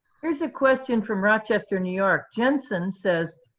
here's a question from rochester, new york. jensen says,